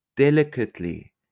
delicately